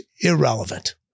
irrelevant